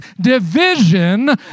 division